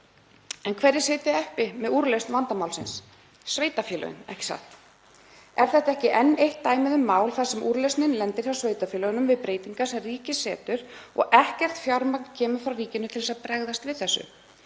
En hverjir sitja uppi með úrlausn vandamálsins? Sveitarfélögin, ekki satt? Er þetta ekki enn eitt dæmið um mál þar sem úrlausnin lendir hjá sveitarfélögunum við breytingar sem ríkið gerir og ekkert fjármagn kemur frá ríkinu til að bregðast við þessu?